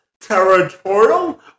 territorial